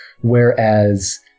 Whereas